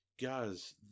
Guys